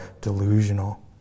delusional